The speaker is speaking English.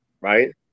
right